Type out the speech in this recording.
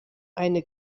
eine